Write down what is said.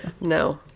No